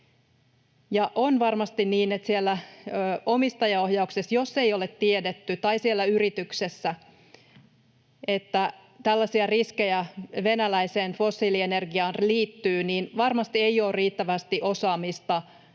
on varmasti niin, että jos siellä omistajaohjauksessa ei ole tiedetty, tai siellä yrityksessä, että tällaisia riskejä venäläiseen fossiilienergiaan liittyy, niin varmasti ei ole riittävästi osaamista,